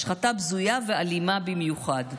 השחתה בזויה ואלימה במיוחד.